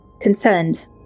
Concerned